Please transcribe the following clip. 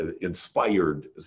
inspired